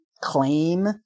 claim